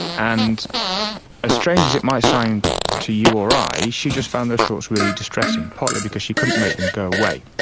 and as strange as it might sound to you or i, she just found those thoughts really distressing, partly because she couldn't make them go away.